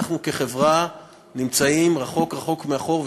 אנחנו כחברה נמצאים רחוק רחוק מאחור,